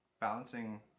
balancing